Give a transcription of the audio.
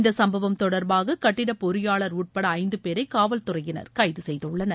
இந்த சம்பவம் தொடர்பாக கட்டிட பொறியாளர் உட்பட ஐந்து பேரை காவல் துறையினர் கைது செய்துள்ளனர்